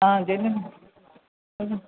हा जलम्